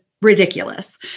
ridiculous